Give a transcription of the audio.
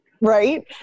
Right